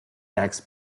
tax